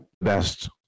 best